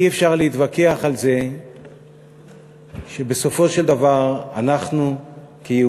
אי-אפשר להתווכח על זה שבסופו של דבר אנחנו כיהודים,